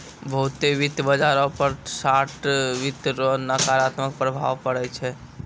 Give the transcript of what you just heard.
बहुते वित्त बाजारो पर शार्ट वित्त रो नकारात्मक प्रभाव पड़ै छै